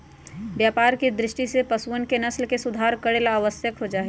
व्यापार के दृष्टि से पशुअन के नस्ल के सुधार करे ला आवश्यक हो जाहई